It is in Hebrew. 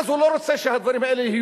אז הוא לא רוצה שהדברים האלה,